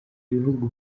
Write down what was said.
ibihugu